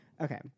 Okay